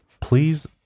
please